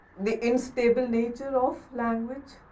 the instable nature of language,